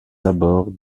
abord